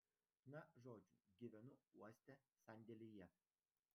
na žodžiu gyvenu uoste sandėlyje